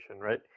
right